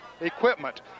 equipment